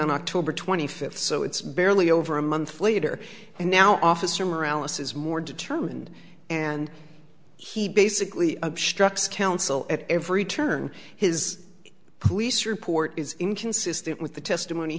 on october twenty fifth so it's barely over a month later and now officer morale us is more determined and he basically obstructs counsel at every turn his police report is inconsistent with the testimony